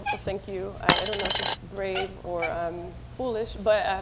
thank you. i don't know if it's brave or foolish. but